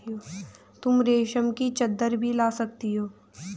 तुम रेशम की चद्दर भी ला सकती हो